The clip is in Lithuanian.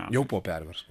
jau po perversmo